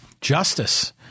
justice